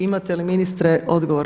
Imate li ministre odgovor?